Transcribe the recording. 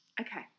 Okay